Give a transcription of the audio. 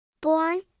Born